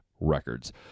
Records